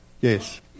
Yes